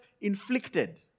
inflicted